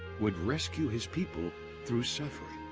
would rescue his people through suffering.